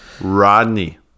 Rodney